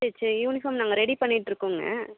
சரி சரி யூனிஃபார்ம் நாங்கள் ரெடி பண்ணிகிட்டு இருக்கோங்க